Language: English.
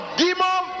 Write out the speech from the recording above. demon